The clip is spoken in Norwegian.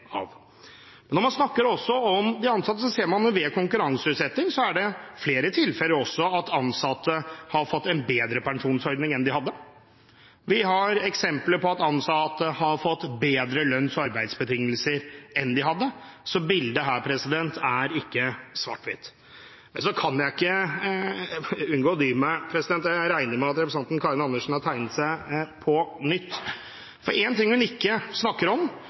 av. Når det gjelder de ansatte, så ser man jo ved konkurranseutsetting at det også er flere tilfeller der ansatte har fått en bedre pensjonsordning enn de hadde. Vi har eksempler på at ansatte har fått bedre lønns- og arbeidsbetingelser enn de hadde. Så bildet her er ikke svart-hvitt. Så kan jeg ikke dy meg – og jeg regner med at representanten Karin Andersen har tegnet seg på nytt: En ting hun ikke nevner når vi snakker om